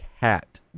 hat